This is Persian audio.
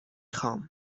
خوام